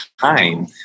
time